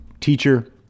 Teacher